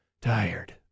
tired